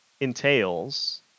entails